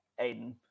Aiden